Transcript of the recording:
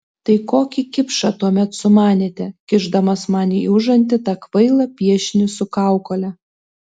tai kokį kipšą tuomet sumanėte kišdamas man į užantį tą kvailą piešinį su kaukole